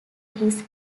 his